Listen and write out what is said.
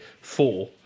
four